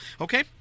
Okay